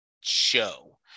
show